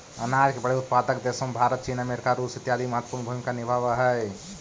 अनाज के बड़े उत्पादक देशों में भारत चीन अमेरिका रूस इत्यादि महत्वपूर्ण भूमिका निभावअ हई